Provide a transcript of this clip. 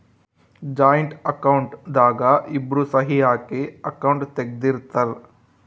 joint account ದಾಗ ಇಬ್ರು ಸಹಿ ಹಾಕಿ ಅಕೌಂಟ್ ತೆಗ್ದಿರ್ತರ್